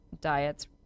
diets